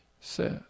says